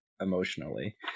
emotionally